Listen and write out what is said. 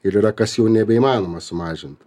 ir yra kas jau nebeįmanoma sumažint